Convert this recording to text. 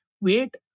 wait